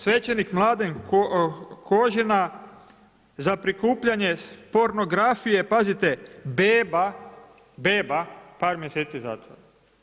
Svećenik Mladen Kožina za prikupljanje pornografije, pazite beba, par mjeseci zatvora.